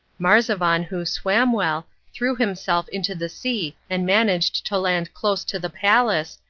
marzavan, who swam well, threw himself into the sea and managed to land close to the palace,